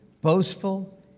boastful